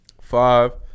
Five